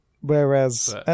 Whereas